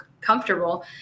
comfortable